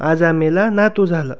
आजा मेला नातू झाला